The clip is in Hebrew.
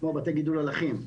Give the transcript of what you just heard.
כמו בתי גידול הלחים.